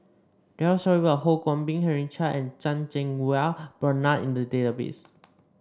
there are stories about Ho Kwon Ping Henry Chia and Chan Cheng Wah Bernard in the database